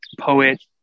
poet